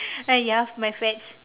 ah ya my fats